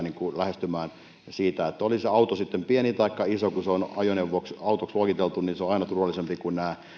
lähestymään oli se auto sitten pieni taikka iso niin kun se on ajoneuvoksi autoksi luokiteltu se on aina turvallisempi kuin nämä